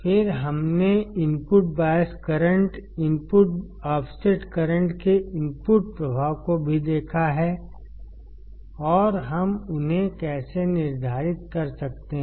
फिर हमने input bias current input offset current के इनपुट प्रभाव को भी देखा है और हम उन्हें कैसे निर्धारित कर सकते हैं